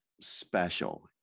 special